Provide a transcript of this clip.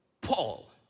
Paul